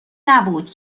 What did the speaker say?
نبود